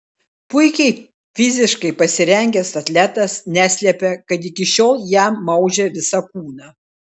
puikiai fiziškai pasirengęs atletas neslepia kad iki šiol jam maudžia visą kūną